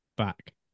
back